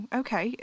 okay